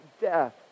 death